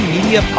Media